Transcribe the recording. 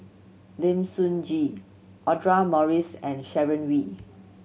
Lim Sun Gee Audra Morrice and Sharon Wee